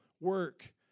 work